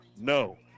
No